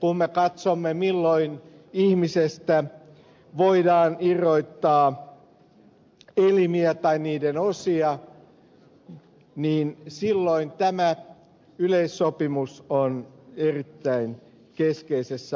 kun me katsomme milloin ihmisestä voidaan irrottaa elimiä tai niiden osia niin silloin tämä yleissopimus on erittäin keskeisessä asemassa